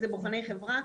זה בוחני חברה,